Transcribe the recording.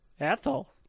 Ethel